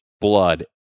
blood